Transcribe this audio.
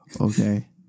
okay